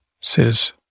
says